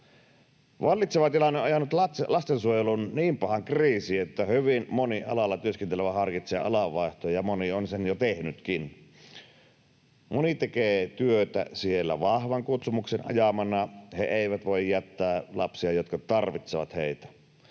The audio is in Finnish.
Vallitseva tilanne on ajanut lastensuojelun niin pahaan kriisiin, että hyvin moni alalla työskentelevä harkitsee alan vaihtoa, ja moni on sen jo tehnytkin. Moni tekee työtä siellä vahvan kutsumuksen ajamana. He eivät voi jättää lapsia, jotka tarvitsevat heitä,